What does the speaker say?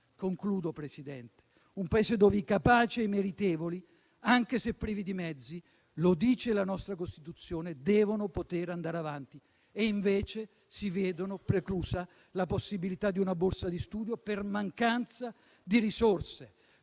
Il nostro è un Paese dove i capaci e i meritevoli, anche se privi di mezzi - lo dice la nostra Costituzione - devono poter andare avanti e invece si vedono preclusa la possibilità di una borsa di studio per mancanza di risorse,